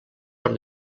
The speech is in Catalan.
per